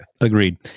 Agreed